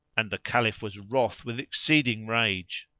and the caliph was wroth with exceeding rage.